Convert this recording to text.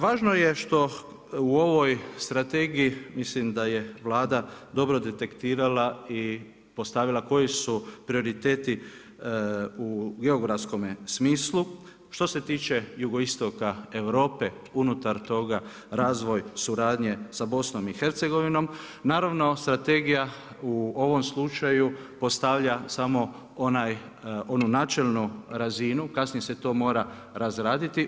Važno je što u ovoj strategiji, mislim da je Vlada dobro detektirala i postavila koji su prioriteti u geografskome smislu, što se tiče jugoistoka Europe, unutar toga, razvoj suradnje sa BIH, naravno strategija u ovom slučaju postavlja samo onu načelnu razinu, kasnije se to mora razraditi.